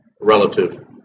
relative